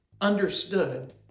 understood